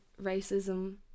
racism